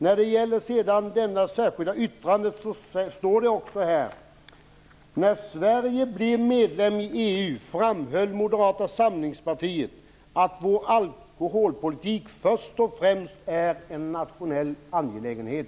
När det sedan gäller det särskilda yttrandet står det så här: "När Sverige blev medlem i EU framhöll Moderata samlingspartiet att vår alkoholpolitik först och främst är en nationell angelägenhet."